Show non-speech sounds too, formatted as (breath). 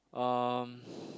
um (breath)